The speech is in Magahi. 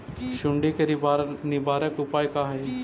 सुंडी के निवारक उपाय का हई?